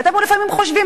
ואתם לפעמים חושבים,